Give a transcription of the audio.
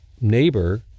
neighbor